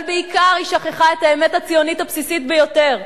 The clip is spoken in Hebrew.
אבל בעיקר היא שכחה את האמת הציונית הבסיסית ביותר: